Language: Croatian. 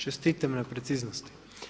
Čestitam na preciznosti.